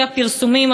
לפי הפרסומים,